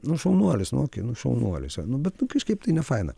nu šaunuolis nu okei nu šaunuolis nu bet kažkaip tai nefaina